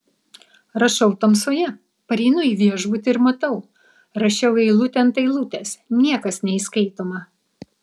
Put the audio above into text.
rašau tamsoje pareinu į viešbutį ir matau rašiau eilutė ant eilutės niekas neįskaitoma